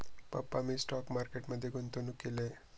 पप्पा मी stock market मध्ये गुंतवणूक केली आहे